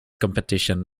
competition